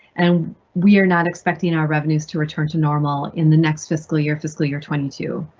and we are not expecting our revenues to return to normal in the next fiscal year fiscal year twenty two.